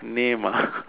name ah